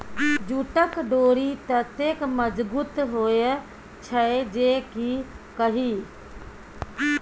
जूटक डोरि ततेक मजगुत होए छै जे की कही